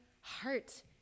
heart